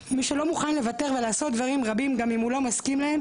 מי שלא מוכן לוותר ולעשות דברים רבים גם אם הוא לא מסכים להם,